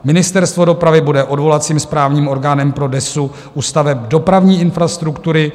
Ministerstvo dopravy bude odvolacím správním orgánem pro DESÚ u staveb dopravní infrastruktury.